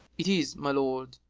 it is, my lord.